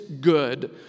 good